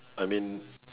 I mean